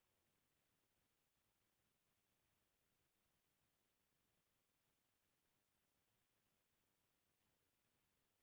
मोर खेत के धान छटक गे रहीस, भारी हवा चलिस, धान सूत गे हे, त धान पाकही के नहीं?